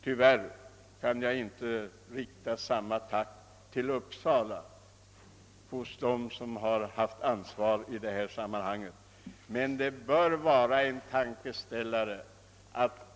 Tyvärr kan jag inte rikta samma tack till Uppsala och dem som där haft ansvaret i denna fråga. Det bör dock ge en liten tankeställare.